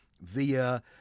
via